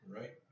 right